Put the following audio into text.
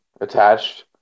attached